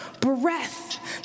breath